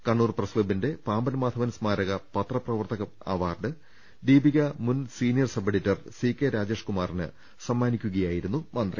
Kannur press ക്ലബിന്റെ Pampan Madhavan സ്മാരക പത്രപ്രവർത്തക അവാർഡ് ദീപിക മുൻ senior sub editor C K രാജേഷ്കുമാറിന് സമ്മാനിക്കു കയായിരുന്നു മന്ത്രി